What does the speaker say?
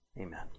Amen